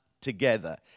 together